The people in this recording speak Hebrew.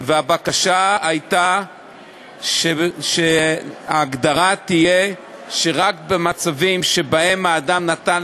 והבקשה הייתה שההגדרה תהיה רק במצבים שבהם האדם נטל